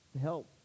help